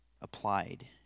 applied